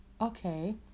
okay